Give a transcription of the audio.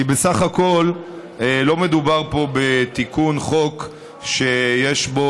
כי בסך הכול לא מדובר פה בתיקון חוק שיש בו